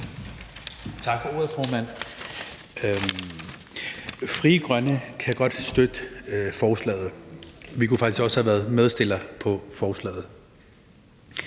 Tak for ordet, formand. Frie Grønne kan godt støtte forslaget. Vi kunne faktisk også have været medforslagsstillere på forslaget,